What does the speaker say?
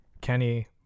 Kenny